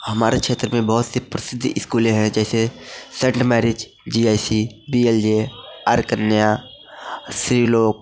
हमारे क्षेत्र में बहुत सी प्रसिद्ध इस्कूले हैं जैसे सेंटल मैरिज G I C D L J आर्कन्या श्रीलोक